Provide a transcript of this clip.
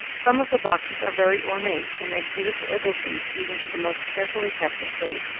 some of the boxes are very ornate and make beautiful additions even to the most carefully kept estate.